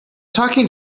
talking